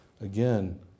Again